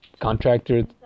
contractor